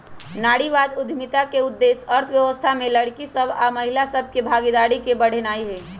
नारीवाद उद्यमिता के उद्देश्य अर्थव्यवस्था में लइरकि सभ आऽ महिला सभ के भागीदारी के बढ़ेनाइ हइ